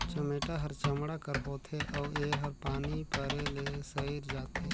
चमेटा हर चमड़ा कर होथे अउ एहर पानी परे ले सइर जाथे